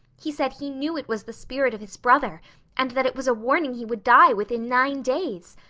he said he knew it was the spirit of his brother and that it was a warning he would die within nine days.